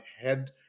head